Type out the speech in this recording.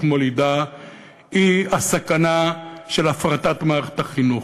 מולידות היא הסכנה של הפרטת מערכת החינוך.